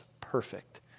perfect